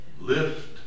Lift